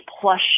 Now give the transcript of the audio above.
plush